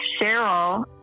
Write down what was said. Cheryl